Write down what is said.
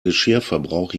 geschirrverbrauch